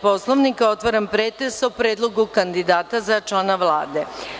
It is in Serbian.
Poslovnika, otvaram pretres o predlogu kandidata za člana Vlade.